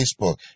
Facebook